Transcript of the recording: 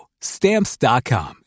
Stamps.com